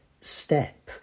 step